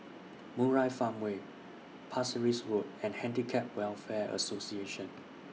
Murai Farmway Pasir Ris Road and Handicap Welfare Association